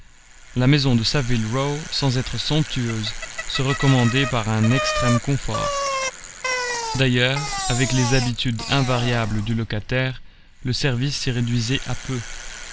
la maison de saville row sans être somptueuse se recommandait par un extrême confort d'ailleurs avec les habitudes invariables du locataire le service s'y réduisait à peu